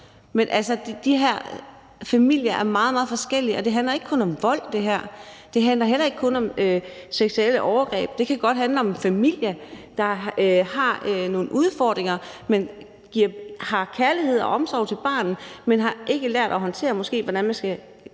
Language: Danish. Men altså, de her familier er meget, meget forskellige, og det her handler ikke kun om vold. Det handler ikke kun om seksuelle overgreb. Det kan godt handle om en familie, der har nogle udfordringer, men har kærlighed og omsorg til barnet, men måske ikke har lært at håndtere, hvordan man skal